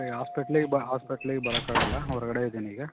ಸರಿ ಹಾಸ್ಪೆಟ್ಲಿಗೆ ಬಾ ಹಾಸ್ಪೆಟ್ಲಿಗೆ ಬರೋಕಾಗಲ್ಲ ಹೊರಗಡೆ ಇದೀನಿ ಈಗ